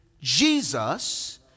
Jesus